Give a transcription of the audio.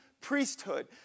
priesthood